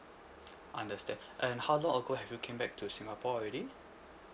understand and how long ago have you came back to singapore already